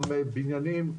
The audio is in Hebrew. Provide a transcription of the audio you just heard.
גם בניינים.